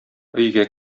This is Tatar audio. өйгә